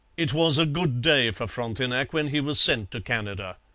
it was a good day for frontenac when he was sent to canada.